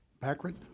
Packard